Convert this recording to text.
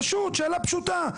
פשוט, שאלה פשוטה.